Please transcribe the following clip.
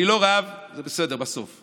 זה בסדר, בסוף.